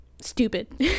stupid